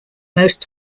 most